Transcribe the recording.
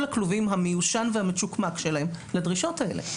הכלובים המיושן והמצ'וקמק שלהם לדרישות האלה.